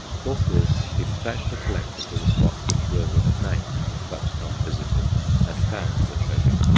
forthwith he despatched a collector to the spot which roezl had named but not visited and found the treasure.